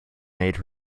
made